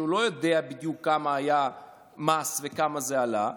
שלא יודע בדיוק כמה היה מס וכמה זה עלה.